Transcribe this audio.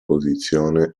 posizione